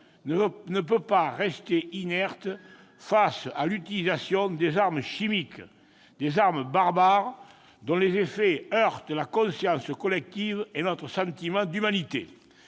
ne peut pas rester inerte face à l'utilisation d'armes chimiques, des armes barbares dont les effets heurtent la conscience collective et notre sentiment d'humanité.